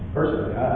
Personally